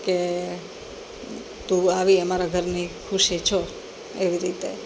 કે તું આવી અમારા ઘરની ખુશી છો એવી રીતે